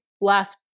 left